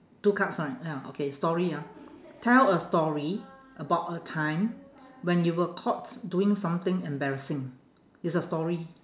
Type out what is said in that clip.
two cards ah ya okay story ah tell a story about a time when you were caught doing something embarrassing it's a story